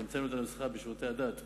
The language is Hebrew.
המצאנו את הנוסחה בשירותי הדת,